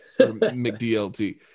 McDLT